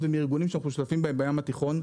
ומארגונים שאנחנו משתתפים בהם בים התיכון.